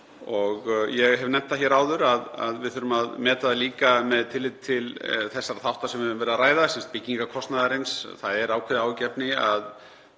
Ég hef nefnt það hér áður að við þurfum að meta það líka með tilliti til þessara þátta sem við höfum verið að ræða, sem sagt byggingarkostnaðarins. Það er ákveðið áhyggjuefni að